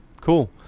Cool